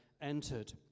entered